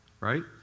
Right